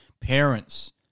parents